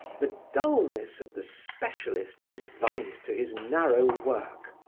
the dullness of the specialist confined to his narrow work.